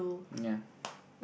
ya